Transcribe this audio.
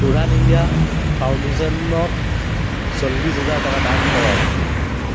Udaan India ফাউণ্ডেচনক চল্লিছ হাজাৰ টকা দান কৰক